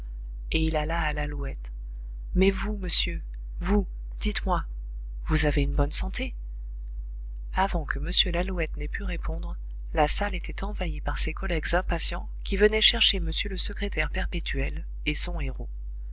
et il alla à lalouette mais vous monsieur vous dites-moi vous avez une bonne santé avant que m lalouette n'ait pu répondre la salle était envahie par ses collègues impatients qui venaient chercher m le secrétaire perpétuel et son héros